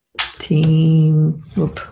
Team